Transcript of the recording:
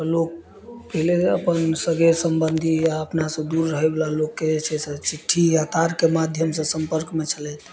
लोक पहिले अपन सगेर सम्बन्धी या अपनासँ दूर रहै बला लोकके जे छै से चिट्ठी या तारके माध्यमसँ सम्पर्कमे छलथि